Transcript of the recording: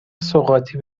سوغاتی